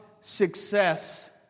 success